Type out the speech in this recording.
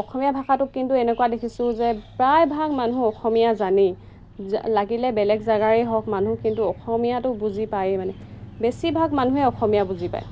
অসমীয়া ভাষাটোক কিন্তু এনেকুৱা দেখিছোঁ যে প্ৰায়ভাগ মানুহ অসমীয়া জানেই লাগিলে বেলেগ জেগাৰে হওক মানুহ কিন্তু অসমীয়াটো বুজি পায়েই মানে বেছিভাগ মানুহে অসমীয়া বুজি পায়